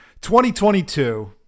2022